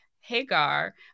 Hagar